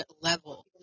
level